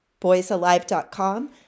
Boysalive.com